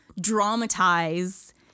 dramatize